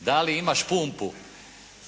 da li imaš pumpu?